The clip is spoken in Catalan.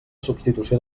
substitució